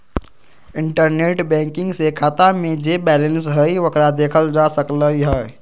internet banking से खाता में जे बैलेंस हई ओकरा देखल जा सकलई ह